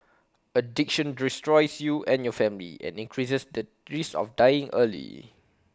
addiction destroys you and your family and increases the risk of dying early